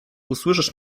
usłyszysz